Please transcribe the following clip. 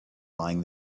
lying